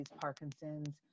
Parkinson's